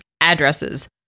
addresses